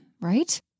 right